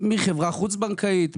מחברה חוץ בנקאית,